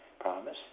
Promise